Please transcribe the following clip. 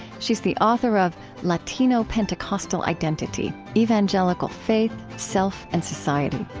she's the author of latino pentecostal identity evangelical faith, self, and society